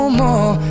more